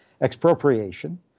expropriation